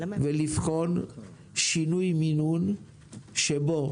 ולבחון שינוי מינון שבו